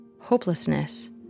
hopelessness